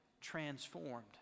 transformed